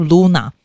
Luna